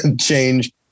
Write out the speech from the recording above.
change